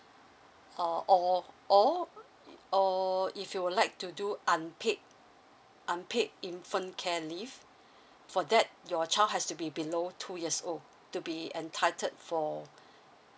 or or or or if you would like to do unpaid unpaid infant care leave for that your child has to be below two years old to be entitled for